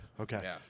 okay